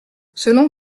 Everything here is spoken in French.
selon